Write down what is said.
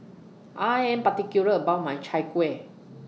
I Am particular about My Chai Kuih